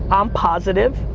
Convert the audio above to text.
um positive,